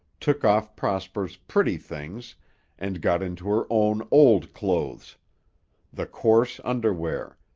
took off prosper's pretty things and got into her own old clothes the coarse underwear,